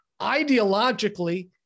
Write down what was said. ideologically